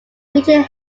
region